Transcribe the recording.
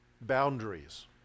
boundaries